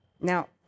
Now